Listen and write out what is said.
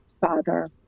father